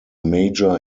major